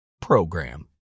program